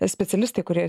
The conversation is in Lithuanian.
specialistai kurie